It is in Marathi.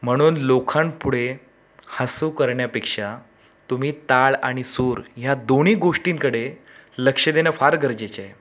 म्हणून लोकांपुढे हसू करण्यापेक्षा तुम्ही ताल आणि सूर ह्या दोन्ही गोष्टीकडे लक्ष देणं फार गरजेचे आहे